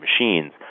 machines